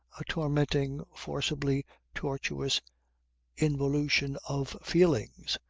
a tormenting, forcibly tortuous involution of feelings,